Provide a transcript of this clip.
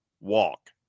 walk